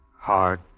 Hard